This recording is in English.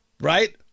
Right